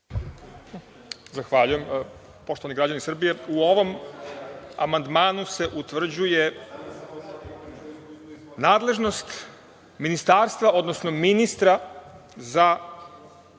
Zahvaljujem. Poštovani građani Srbije, u ovom amandmanu se utvrđuje nadležnost ministarstva, odnosno ministra za